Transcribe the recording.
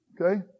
Okay